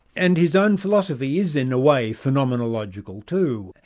and his own philosophy is in a way phenomenological too.